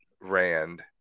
Rand